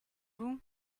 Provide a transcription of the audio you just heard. vous